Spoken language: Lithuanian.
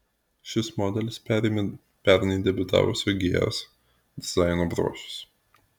šis modelis perėmė pernai debiutavusio gs dizaino bruožus